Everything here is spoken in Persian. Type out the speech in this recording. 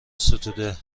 ستوده